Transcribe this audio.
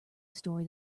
story